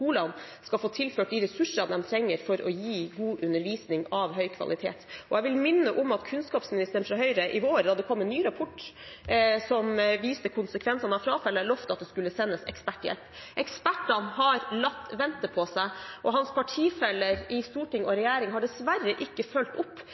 skolene skal få tilført de ressursene de trenger for å gi god undervisning av høy kvalitet. Jeg vil minne om at kunnskapsministeren fra Høyre i vår lovet at det skulle sendes eksperthjelp da det kom en ny rapport som viste konsekvensene av frafallet. Ekspertene har latt vente på seg, og hans partifeller i storting og